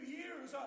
years